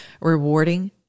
rewarding